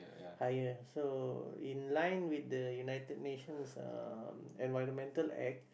higher so in line with the United Nations environmental act